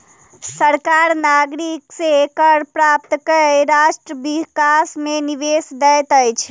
सरकार नागरिक से कर प्राप्त कय राष्ट्र विकास मे निवेश दैत अछि